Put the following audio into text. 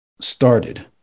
started